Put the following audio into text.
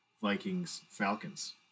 Vikings-Falcons